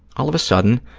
all of a sudden,